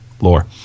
lore